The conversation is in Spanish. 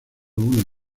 una